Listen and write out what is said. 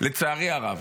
לצערי הרב,